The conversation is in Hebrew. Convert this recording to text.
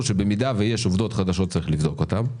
שאם ויש עובדות חדשות צריך לבדוק אותן,